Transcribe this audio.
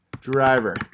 driver